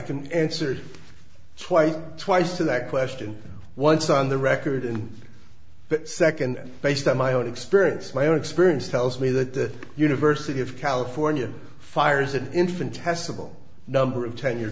can answer twice twice to that question once on the record and second based on my own experience my own experience tells me that the university of california fires an infinitesimal number of tenure